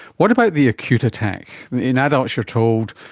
what about the acute attack in adults you're told,